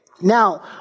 Now